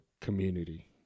community